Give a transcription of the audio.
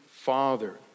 father